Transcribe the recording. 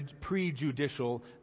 prejudicial